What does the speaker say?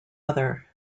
other